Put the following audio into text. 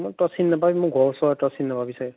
তই চিনি নাপাবি মোৰ ঘৰৰ ওচৰৰে তই চিনি নেপাবি চাগে